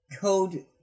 code